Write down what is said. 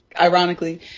ironically